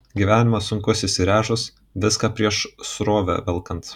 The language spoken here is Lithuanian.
gyvenimas sunkus įsiręžus viską prieš srovę velkant